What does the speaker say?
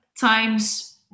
times